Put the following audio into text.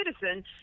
citizen